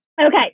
Okay